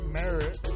merit